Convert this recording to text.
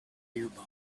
nearby